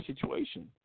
situation